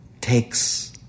takes